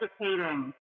educating